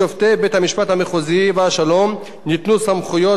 לשופטי בית-המשפט המחוזי והשלום ניתנו סמכויות